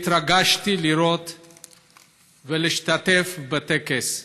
והתרגשתי להשתתף בטקס.